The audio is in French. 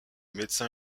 médecin